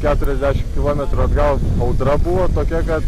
keturiasdešim kilometrų atgal audra buvo tokia ka